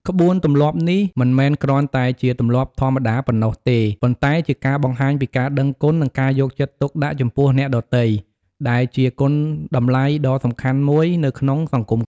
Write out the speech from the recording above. ក្បួនទម្លាប់នេះមិនមែនគ្រាន់តែជាទម្លាប់ធម្មតាប៉ុណ្ណោះទេ ប៉ុន្តែជាការបង្ហាញពីការដឹងគុណ និងការយកចិត្តទុកដាក់ចំពោះអ្នកដទៃ ដែលជាគុណតម្លៃដ៏សំខាន់មួយនៅក្នុងសង្គម។